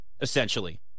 essentially